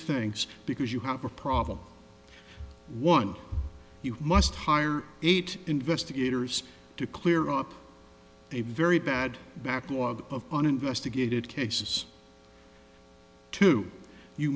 things because you have a problem one you must hire eight investigators to clear up a very bad backlog of uninvestigated cases to you